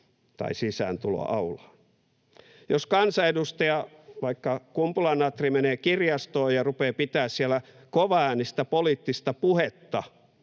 tai sisääntuloaulaan. Jos kansanedustaja, vaikka Kumpula-Natri, menee kirjastoon ja rupeaa pitämään siellä kovaäänistä poliittista puhetta,